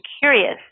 curious